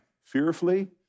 fearfully